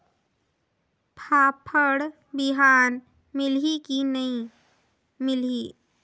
फाफण बिहान मिलही की नी मिलही?